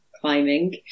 climbing